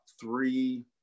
three